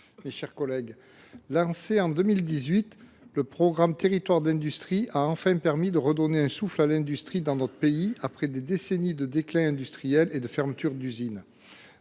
lancé en 2018, le programme Territoires d’industrie a enfin permis de redonner un souffle à l’industrie dans notre pays, après des décennies de déclin industriel et de fermetures d’usines.